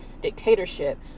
dictatorship